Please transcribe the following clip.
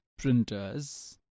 Printers